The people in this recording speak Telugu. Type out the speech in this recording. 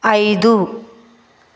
ఐదు